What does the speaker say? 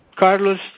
Carlos